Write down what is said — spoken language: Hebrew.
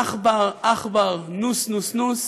/ עכבר, עכבר, נוס, נוס,